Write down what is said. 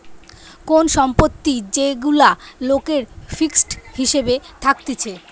কোন সম্পত্তি যেগুলা লোকের ফিক্সড হিসাবে থাকতিছে